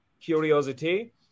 curiosity